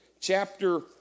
chapter